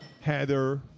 Heather